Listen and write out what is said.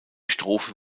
strophe